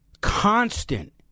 constant